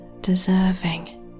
deserving